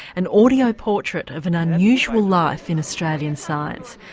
an audio portrait of an unusual life in australian science.